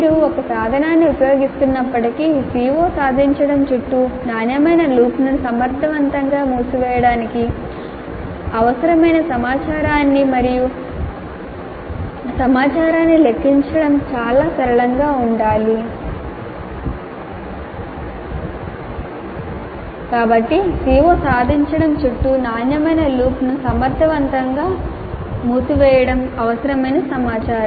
మీరు ఒక సాధనాన్ని ఉపయోగిస్తున్నప్పటికీ CO సాధించడం చుట్టూ నాణ్యమైన లూప్ను సమర్థవంతంగా మూసివేయడానికి అవసరమైన సమాచారాన్ని మరియు సమాచారాన్ని లెక్కించడం చాలా సరళంగా ఉండాలి కాబట్టి CO సాధించడం చుట్టూ నాణ్యమైన లూప్ను సమర్థవంతంగా మూసివేయడం అవసరమైన సమాచారం